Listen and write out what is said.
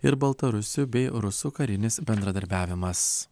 ir baltarusių bei rusų karinis bendradarbiavimas